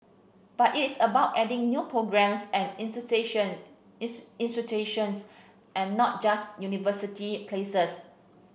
but it's about adding new programmes and institutions and not just university places